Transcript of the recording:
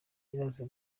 iraza